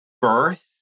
birth